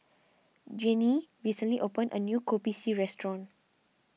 Jeannie recently openned a new Kopi C restaurant